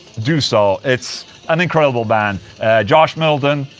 do so, it's an incredible band josh middleton,